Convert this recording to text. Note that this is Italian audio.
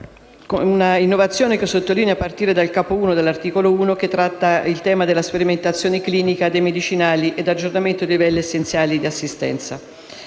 Una innovazione che parte dal Capo I e dall'articolo 1, che tratta il tema della sperimentazione clinica dei medicinali e l'aggiornamento dei livelli essenziali di assistenza,